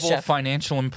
financial